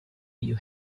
you